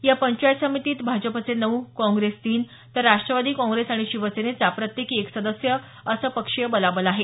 या पंचायत समितीत भाजपचे नऊ काँग्रेस तीन तर राष्ट्रवादी काँग्रेस आणि शिवसेनेचा प्रत्येकी एक सदस्य असं पक्षीय बलाबल आहे